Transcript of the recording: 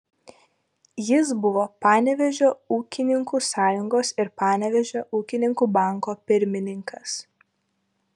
jis buvo panevėžio ūkininkų sąjungos ir panevėžio ūkininkų banko pirmininkas